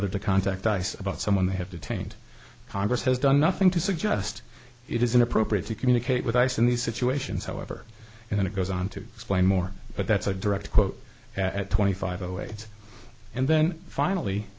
whether to contact us about someone they have detained congress has done nothing to suggest it is inappropriate to communicate with ice in these situations however and then it goes on to explain more but that's a direct quote at twenty five zero eight and then finally